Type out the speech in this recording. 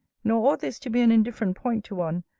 nor ought this to be an indifferent point to one,